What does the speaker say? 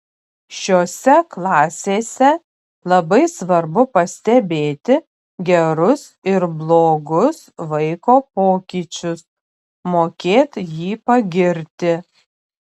šiose klasėse labai svarbu pastebėti gerus ir blogus vaiko pokyčius mokėt jį pagirti